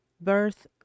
birth